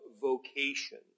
vocation